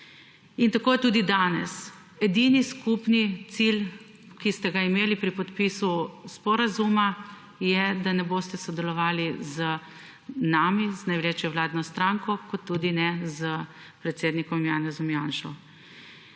In tako je tudi danes. Edini skupni cilj, ki ste ga imeli pri podpisu sporazuma je, da ne boste sodelovali z nami, z največjo vladno stranko kot tudi ne s predsednikom Janezom Janšo.